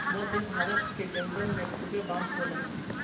मध्य भारत के जंगल में खूबे बांस होला